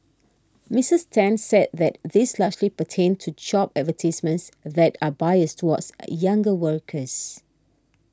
Missus Ten said that these largely pertained to job advertisements that are biased towards younger workers